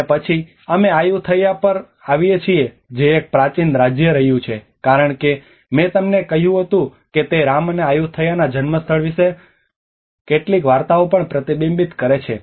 અને પછી અમે આયુથૈયા પર આવીએ છીએ જે એક પ્રાચીન રાજ્ય રહ્યું છે કારણ કે મેં તમને કહ્યું હતું કે તે રામ અને આયુથૈયા ના જન્મસ્થળ રામ વિશે કેટલીક વાર્તાઓ પણ પ્રતિબિંબિત કરે છે